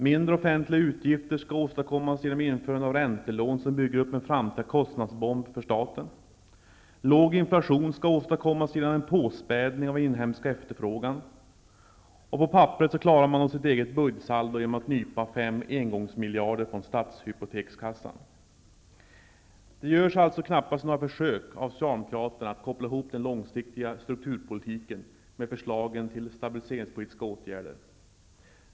Mindre offentliga utgifter skall åstadkommas genom införande av räntelån som bygger upp en framtida kostnadsbomb för staten. Låg inflation skall åstadkommas genom en påspädning av den inhemska efterfrågan. På papperet klarar Socialdemokraterna sitt eget budgetsaldo genom att nypa fem engångsmiljarder från Stadshypotekskassan. Det görs alltså knappast några försök av Socialdemokraterna att koppla ihop den långsiktiga strukturpolitiken med förslagen till stabiliseringspolitiska åtgärder.